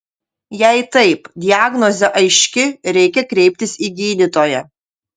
jei taip diagnozė aiški reikia kreiptis į gydytoją